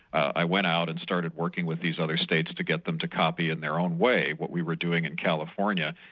i went out and started working with these other states to get them to copy in their own way, what we were doing in california.